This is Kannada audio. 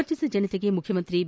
ರಾಜ್ಯದ ಜನತೆಗೆ ಮುಖ್ಯಮಂತ್ರಿ ಬಿ